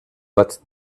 but